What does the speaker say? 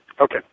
okay